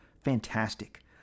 fantastic